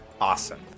Awesome